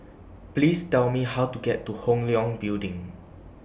Please Tell Me How to get to Hong Leong Building